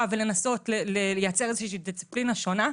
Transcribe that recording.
ולנסות לייצר איזושהי דיסציפלינה שונה.